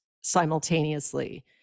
simultaneously